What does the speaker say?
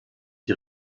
die